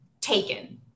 taken